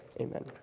amen